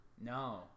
No